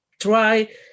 try